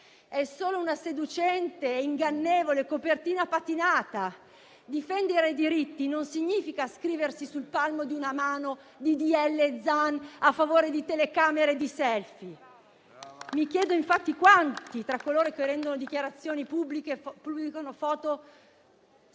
è solo una seducente e ingannevole copertina patinata. Difendere i diritti non significa scriversi sul palmo di una mano «DDL Zan» a favore di telecamere e di *selfie*. Mi chiedo infatti quanti tra coloro che rendono dichiarazioni pubbliche e pubblicano foto sappiano